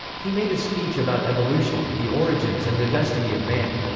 he made a speech about evolution, the origins and the destiny of man.